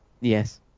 Yes